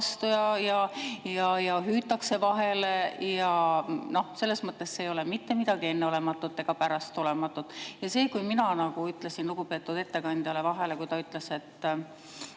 ja hüütakse vahele. Selles mõttes ei ole see mitte midagi enneolematut ega pärastolematut. Ja mina ütlesin lugupeetud ettekandjale vahele, kui ta ütles, et